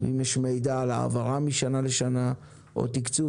ואם יש מידע על העברה משנה לשנה או תקצוב